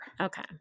Okay